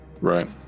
Right